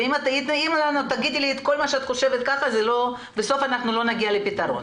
אם תגידי לי את כל מה שאת חושבת בסוף לא נגיע לפתרון.